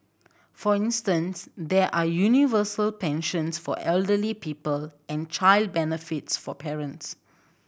for instance there are universal pensions for elderly people and child benefits for parents